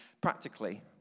practically